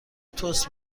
تست